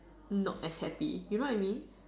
not as happy you know what I mean